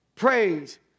praise